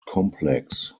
complex